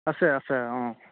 আছে আছে অঁ